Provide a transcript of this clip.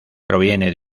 proviene